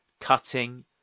cutting